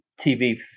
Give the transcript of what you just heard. TV